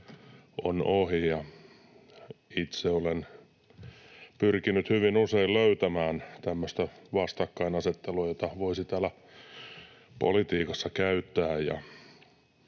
on ohi.” Itse olen pyrkinyt hyvin usein löytämään tämmöistä vastakkainasettelua, jota voisi täällä politiikassa käyttää,